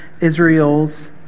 Israel's